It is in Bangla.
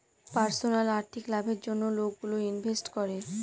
পার্সোনাল আর্থিক লাভের জন্য লোকগুলো ইনভেস্ট করে